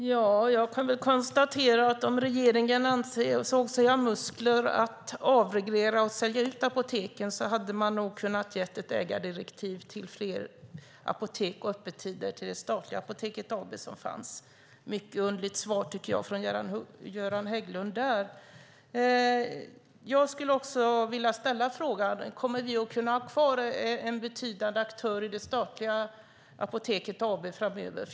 Fru talman! Jag kan konstatera att om regeringen ansåg sig ha muskler att avreglera och sälja ut apoteken hade man nog kunnat ge ett ägardirektiv om fler apotek och utökade öppettider till det statliga Apoteket AB som fanns. Där är det ett mycket underligt svar, tycker jag, från Göran Hägglund. Jag skulle också vilja ställa en fråga. Kommer vi att kunna ha kvar en betydande aktör i det statliga Apoteket AB framöver?